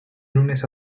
lunes